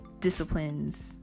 disciplines